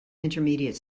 intermediate